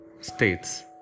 states